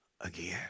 again